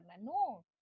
No